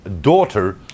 daughter